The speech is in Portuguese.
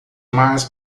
mais